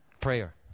prayer